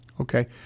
Okay